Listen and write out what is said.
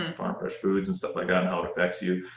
um farm fresh foods and stuff like that and how it affects you,